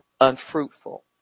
unfruitful